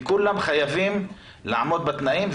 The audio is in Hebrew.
וכולם חייבים לעמוד בתנאים.